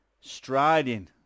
striding